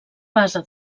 base